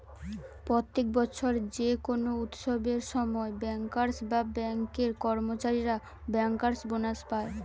প্রত্যেক বছর যে কোনো উৎসবের সময় বেঙ্কার্স বা বেঙ্ক এর কর্মচারীরা বেঙ্কার্স বোনাস পায়